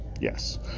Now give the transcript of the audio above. Yes